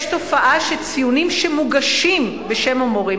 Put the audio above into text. יש תופעה שציונים שמוגשים בשם המורים